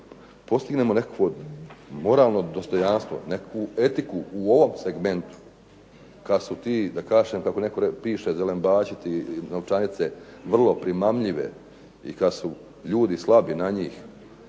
postignemo nekakvo moralno dostojanstvo, nekakvu etiku u ovom segmentu kad su ti, da kažem kako neko piše, zelembaći ti, novčanice vrlo primamljive i kad su ljudi slabi na njih.